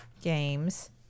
games